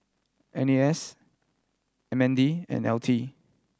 N A S M N D and L T